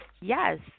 yes